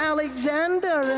Alexander